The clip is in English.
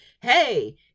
hey